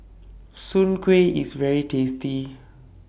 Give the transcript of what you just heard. Soon Kueh IS very tasty